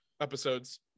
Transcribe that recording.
episodes